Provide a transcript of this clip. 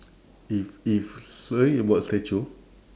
if if sorry about statue